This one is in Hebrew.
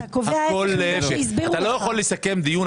אתה לא יכול לסכם דיון,